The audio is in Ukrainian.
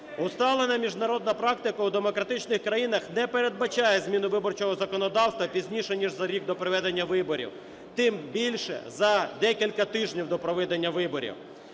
Усталена міжнародна практика у демократичних країнах не передбачає зміну виборчого законодавства пізніше, ніж за рік до проведення виборів, тим більше за декілька тижнів до проведення виборів.